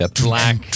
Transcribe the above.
Black